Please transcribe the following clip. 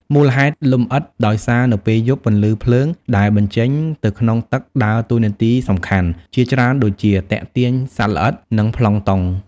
មូលហេតុលម្អិត ដោយសារនៅពេលយប់ ពន្លឺភ្លើង ដែលបញ្ចេញទៅក្នុងទឹកដើរតួនាទីសំខាន់ជាច្រើនដូចជា ទាក់ទាញសត្វល្អិត និងប្លង់តុង។